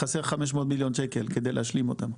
חסר 500 מיליון שקל כדי להשלים אותם.